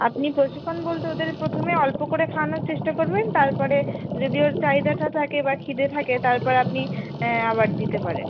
আপনি প্রশিক্ষণ বলতে ওদের প্রথমে অল্প করে খাওয়ানোর চেষ্টা করবেন তারপরে যদি ওর চাহিদাটা থাকে বা খিদে থাকে তারপর আপনি আবার দিতে পারেন